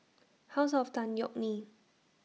House of Tan Yeok Nee